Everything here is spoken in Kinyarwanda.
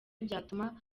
byatuma